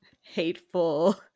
hateful